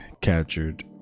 captured